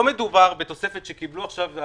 לא מדובר בתוספת שקיבלו עכשיו,